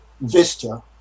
vista